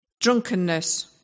Drunkenness